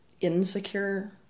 insecure